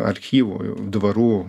archyvų ir dvarų